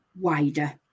wider